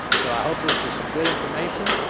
so, i hope this was some good information.